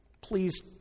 Please